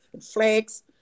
flags